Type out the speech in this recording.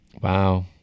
Wow